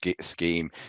scheme